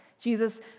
Jesus